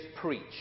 preach